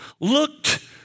looked